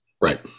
Right